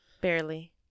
barely